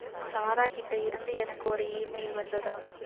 சாராகிட்டே இருந்து எனக்கு ஒரு ஈமெயில் வந்ததா